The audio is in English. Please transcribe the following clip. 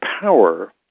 power